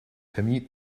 permute